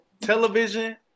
television